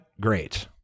great